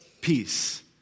Peace